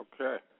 Okay